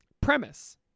Premise